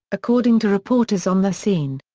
according to reporters on the scene.